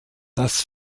das